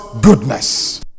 goodness